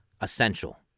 essential